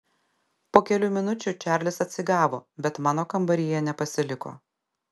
po kelių minučių čarlis atsigavo bet mano kambaryje nepasiliko